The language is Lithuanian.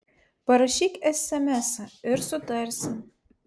parašyk esemesą ir sutarsim